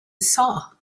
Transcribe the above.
saw